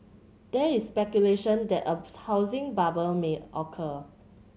there is speculation that a housing bubble may occur